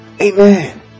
Amen